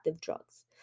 drugs